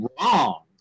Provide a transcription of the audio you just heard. wrong